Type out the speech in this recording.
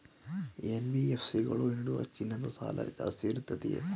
NBFC ಗಳು ನೀಡುವ ಚಿನ್ನದ ಸಾಲ ಜಾಸ್ತಿ ಇರುತ್ತದೆಯೇ?